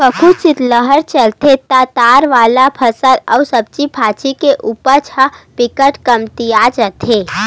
कभू सीतलहर चलथे त दार वाला फसल अउ सब्जी भाजी के उपज ह बिकट कमतिया जाथे